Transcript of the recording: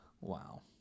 Wow